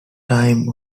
time